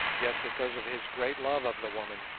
yet because of his great love of the woman,